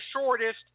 shortest